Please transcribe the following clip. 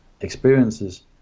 experiences